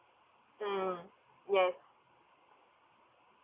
mm yes